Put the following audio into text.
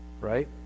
Right